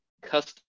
custom